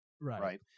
Right